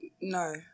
no